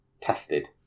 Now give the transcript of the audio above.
tested